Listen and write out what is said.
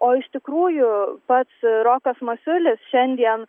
o iš tikrųjų pats rokas masiulis šiandien